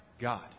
God